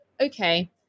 okay